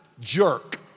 jerk